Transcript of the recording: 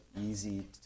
easy